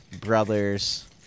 Brothers